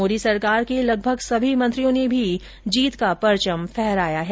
मोदी सरकार के लगभग सभी मंत्रियों ने भी जीत का परचम फहराया है